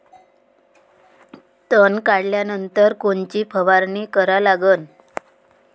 तन काढल्यानंतर कोनची फवारणी करा लागन?